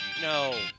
no